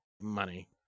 money